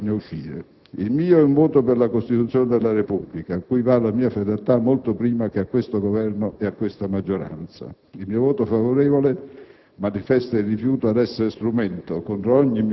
Questa è una guerra inutile e sbagliata dalla quale bisogna uscire. Il mio è un voto per la Costituzione della Repubblica, cui va la mia fedeltà molto prima che a questo Governo e a questa maggioranza. Il mio voto favorevole